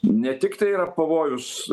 ne tik tai yra pavojus